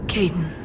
Caden